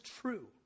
true